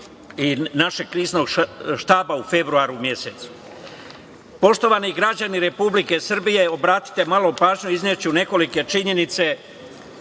i našeg Kriznog štaba u februaru mesecu. Poštovani građani Republike Srbije, obratite malo pažnje, izneću nekolike činjenice